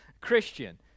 Christian